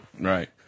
Right